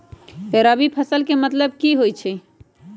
रबी फसल के की मतलब होई छई?